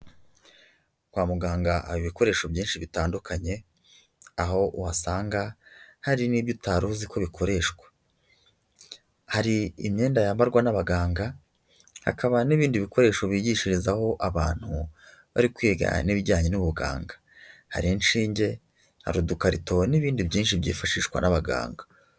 Kwa mugangaba haba ibikoresho byinshi bitandukanye, aho uhasanga hari n'ibyo utari uzi ko bikoreshwa. Hari imyenda yambarwa n'abaganga, hakaba n'ibindi bikoresho bigishirizaho abantu bari kwigana n'ibijyanye n'ubuganga. Hari inshinge, hari udukarito n'ibindi byinshi byifashishwa n'abaganga.